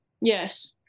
Yes